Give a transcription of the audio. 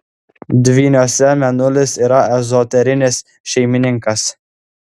dvyniuose mėnulis yra ezoterinis šeimininkas